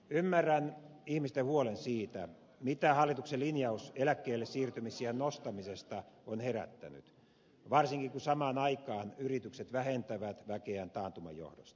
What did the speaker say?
ymmärrän sen ihmisten huolen jota hallituksen linjaus eläkkeellesiirtymisiän nostamisesta on herättänyt varsinkin kun samaan aikaan yritykset vähentävät väkeään taantuman johdosta